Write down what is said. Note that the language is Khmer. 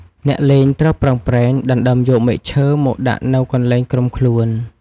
អ្នកលេងត្រូវប្រឹងប្រែង ដណ្ដើមយកមែកឈើមកដាក់នៅកន្លែងក្រុមខ្លួន។